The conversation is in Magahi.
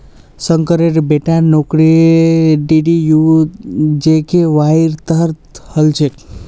शंकरेर बेटार नौकरी डीडीयू जीकेवाईर तहत हल छेक